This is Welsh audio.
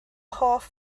hoff